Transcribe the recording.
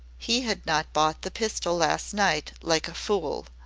he had not bought the pistol last night like a fool.